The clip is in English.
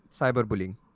cyberbullying